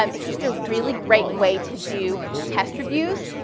um it's just a really great way to do test reviews.